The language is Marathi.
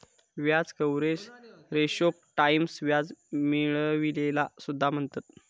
व्याज कव्हरेज रेशोक टाईम्स व्याज मिळविलेला सुद्धा म्हणतत